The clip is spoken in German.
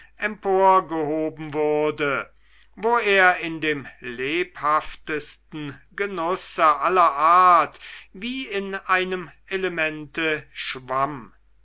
emporgehoben wurde wo er in dem lebhaftesten genusse aller art wie in einem elemente schwamm